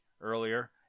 earlier